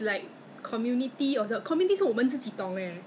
I don't know what to say eh 我现在 even my son also